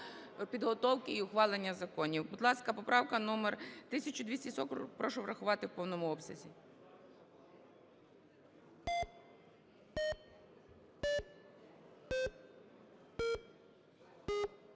підготовки і ухвалення законів. Будь ласка, поправка номер 1240. Прошу врахувати в повному обсязі.